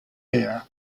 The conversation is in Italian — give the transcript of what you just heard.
air